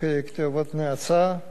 בין היתר: "מוות לערבים",